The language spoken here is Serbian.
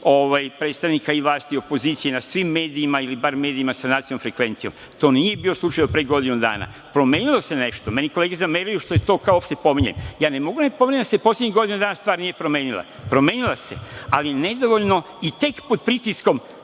predstavnika vlasti, opozicije na svim medijima ili bar medijima sa nacionalnom frekvencijom. To nije bio slučaj od pre godinu dana. Promenilo se nešto. Meni kolege zameraju što to uopšte pominjem. Ja ne mogu da ne pominjem da se poslednjih godinu dana stvar nije promenila. Promenila se, ali nedovoljno i tek pod pritiskom